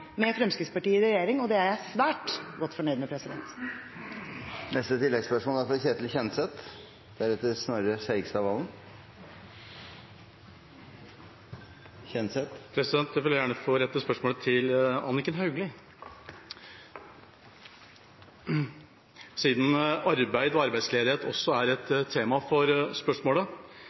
med Fremskrittspartiet i regjering, og det er jeg svært godt fornøyd med. Ketil Kjenseth – til oppfølgingsspørsmål. Jeg vil gjerne få rette spørsmålet til Anniken Hauglie, siden arbeid og arbeidsledighet også er et tema for spørsmålet.